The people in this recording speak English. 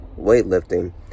weightlifting